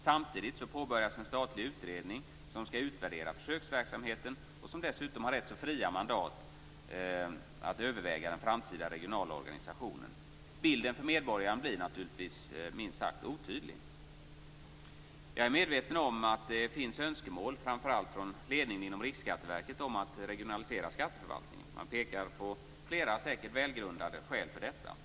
Samtidigt påbörjas en statlig utredning, som skall utvärdera försöksverksamheten och som dessutom har rätt fria mandat att överväga den framtida regionala organisationen. Bilden för medborgaren blir naturligtvis minst sagt otydlig. Jag är medveten om att det finns önskemål, framför allt från ledningen inom Riksskatteverket, om att regionalisera skatteförvaltningen. Man pekar på flera säkert välgrundade skäl till detta.